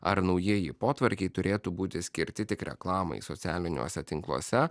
ar naujieji potvarkiai turėtų būti skirti tik reklamai socialiniuose tinkluose